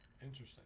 Interesting